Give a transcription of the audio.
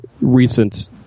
recent